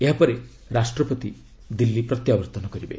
ଏହାପରେ ରାଷ୍ଟ୍ରପତି ଦିଲ୍ଲୀ ପ୍ରତ୍ୟାବର୍ତ୍ତନ କରିବେ